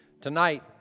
tonight